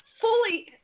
fully